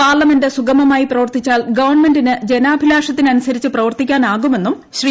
parliament സുഗമമായി പ്രവർത്തിച്ചാൽ ഗവൺമെന്റിന് ജനാഭിലാഷത്തിനനുസരിച്ച് പ്രവർത്തിക്കാനാകുമെന്നും ശ്രീ